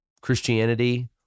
christianity